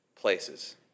places